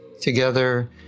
together